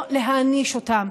ולא להעניש אותם,